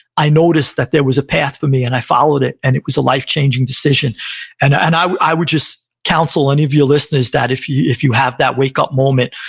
i noticed that there was a path for me, and i followed it, and it was a life-changing decision and and i would would just counsel any of your listeners that if you if you have that wake-up moment,